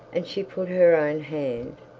and she put her own hand,